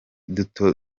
duto